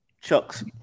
Chuck's